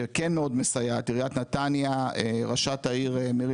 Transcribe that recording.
שכן מאוד מסייעת, עריית נתניה, ראשת העיר מרים